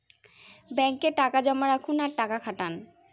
ব্যাঙ্কে টাকা জমা রাখুন আর টাকা খাটান